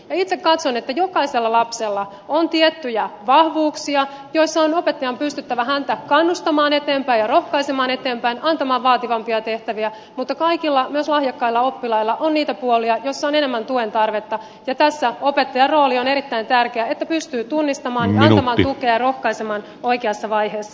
itse katson että jokaisella lapsella on tiettyjä vahvuuksia joissa on opettajan pystyttävä häntä kannustamaan eteenpäin ja rohkaisemaan eteenpäin antamaan vaativampia tehtäviä mutta kaikilla myös lahjakkailla oppilailla on niitä puolia joissa on enemmän tuen tarvetta ja tässä opettajan rooli on erittäin tärkeä että pystyy tunnistamaan antamaan tukea ja rohkaisemaan oikeassa vaiheessa